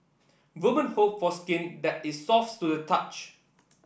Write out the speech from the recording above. woman hope for skin that is soft to the touch